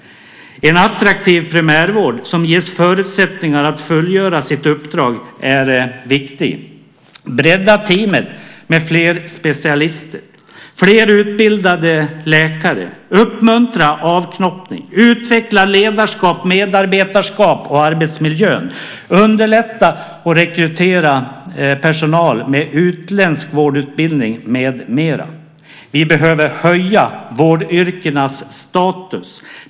En attraktiv primärvård som ges förutsättningar att fullgöra sitt uppdrag är viktig. Bredda teamet med fler specialister och fler utbildade läkare! Uppmuntra avknoppning! Utveckla ledarskap, medarbetarskap och arbetsmiljö! Underlätta att rekrytera personal med utländsk vårdutbildning, med mera! Vi behöver höja vårdyrkenas status.